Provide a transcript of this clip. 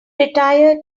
retired